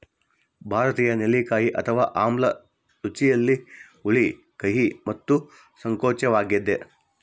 ಭಾರತೀಯ ನೆಲ್ಲಿಕಾಯಿ ಅಥವಾ ಆಮ್ಲ ರುಚಿಯಲ್ಲಿ ಹುಳಿ ಕಹಿ ಮತ್ತು ಸಂಕೋಚವಾಗ್ಯದ